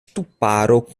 ŝtuparo